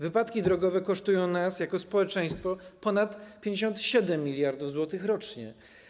Wypadki drogowe kosztują nas jako społeczeństwo ponad 57 mld zł rocznie.